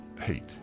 hate